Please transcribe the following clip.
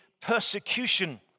persecution